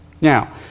Now